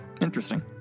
Interesting